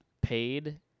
paid